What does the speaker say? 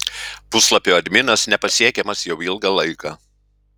puslapio adminas nepasiekiamas jau ilgą laiką